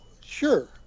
sure